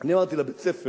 אני אמרתי בבית-הספר,